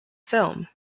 film